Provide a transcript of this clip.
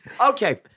Okay